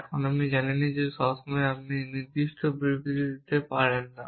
এখন আপনি জানেন যে সব সময় আমরা নির্দিষ্ট বিবৃতি দিতে পারি না